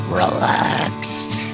relaxed